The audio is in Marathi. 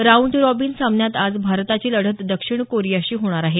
राऊंड रॉबिन सामन्यात आज भारताची लढत दक्षिण कोरियाशी होणार आहे